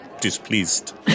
displeased